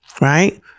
Right